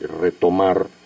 retomar